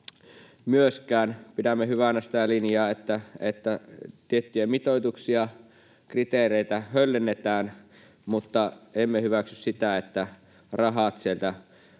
osalta. Pidämme hyvänä sitä linjaa, että tiettyjä mitoituksia, kriteereitä höllennetään, mutta emme hyväksy sitä, että rahat sieltä